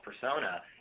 persona